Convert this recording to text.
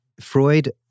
Freud